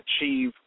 achieve